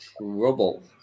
trouble